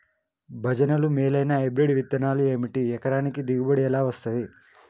భజనలు మేలైనా హైబ్రిడ్ విత్తనాలు ఏమిటి? ఎకరానికి దిగుబడి ఎలా వస్తది?